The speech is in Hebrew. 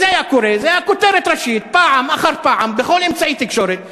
אם זה היה קורה זה היה כותרת ראשית פעם אחר פעם בכל אמצעי תקשורת.